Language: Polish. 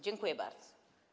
Dziękuję bardzo.